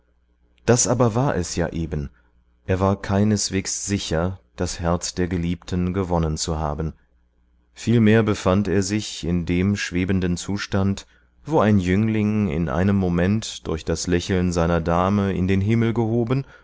das aber war es ja eben er war keineswegs sicher das herz der geliebten gewonnen zu haben vielmehr befand er sich in dem schwebenden zustand wo ein jüngling in einem moment durch das lächeln seiner dame in den himmel gehoben